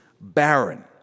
barren